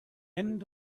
end